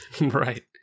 Right